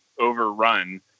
overrun